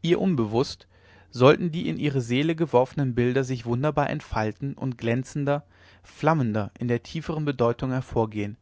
ihr unbewußt sollten die in ihre seele geworfenen bilder sich wunderbar entfalten und glänzender flammender in der tieferen bedeutung hervorgehen